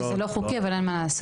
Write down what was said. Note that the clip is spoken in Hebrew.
שזה לא חוקי, אבל אין מה לעשות.